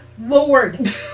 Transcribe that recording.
Lord